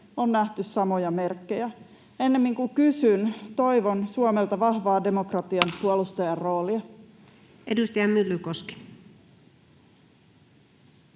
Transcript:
on nähty samoja merkkejä. Enemmin kuin kysyn, toivon Suomelta vahvaa demokratian puolustajan roolia. Edustaja Myllykoski.